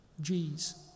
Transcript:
G's